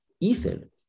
Ethan